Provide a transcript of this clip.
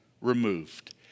removed